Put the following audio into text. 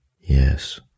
Yes